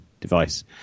device